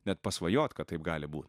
net pasvajot kad taip gali būt